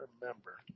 remember